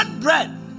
bread